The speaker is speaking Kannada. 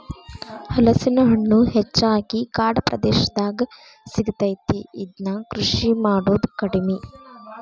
ಹಲಸಿನ ಹಣ್ಣು ಹೆಚ್ಚಾಗಿ ಕಾಡ ಪ್ರದೇಶದಾಗ ಸಿಗತೈತಿ, ಇದ್ನಾ ಕೃಷಿ ಮಾಡುದ ಕಡಿಮಿ